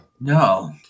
No